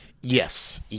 Yes